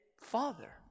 father